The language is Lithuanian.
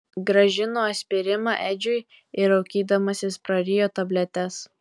grąžino aspiriną edžiui ir raukydamasis prarijo tabletes